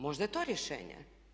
Možda je to rješenje.